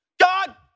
God